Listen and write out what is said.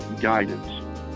guidance